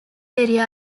area